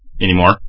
anymore